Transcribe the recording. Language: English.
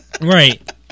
Right